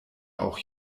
auch